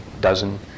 dozen